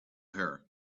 her